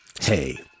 Hey